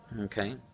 okay